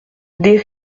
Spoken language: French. des